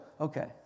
Okay